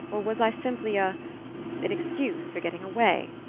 was i simply a an excuse for getting away?